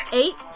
eight